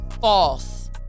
false